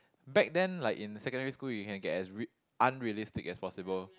back then like in secondary school you can get as re~ unrealistic as possible